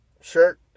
shirt